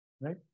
right